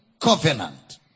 covenant